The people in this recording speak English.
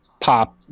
pop